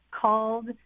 called